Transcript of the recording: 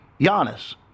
Giannis